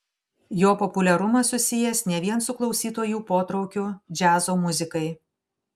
jo populiarumas susijęs ne vien su klausytojų potraukiu džiazo muzikai